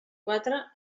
quatre